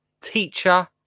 teacher